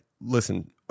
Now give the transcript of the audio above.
listen